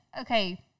Okay